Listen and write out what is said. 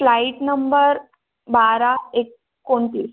flight number बारा एकोणतीस